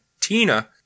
Tina